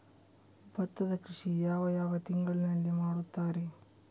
ಭತ್ತದ ಕೃಷಿ ಯಾವ ಯಾವ ತಿಂಗಳಿನಲ್ಲಿ ಮಾಡುತ್ತಾರೆ?